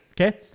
okay